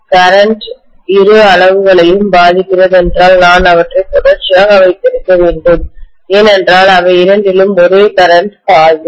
current இரு அளவுகளையும் பாதிக்கிறதென்றால் நான் அவற்றை தொடர்ச்சியாக வைத்திருக்க வேண்டும் ஏனென்றால் அவை இரண்டிலும் ஒரே கரண்ட் பாயும்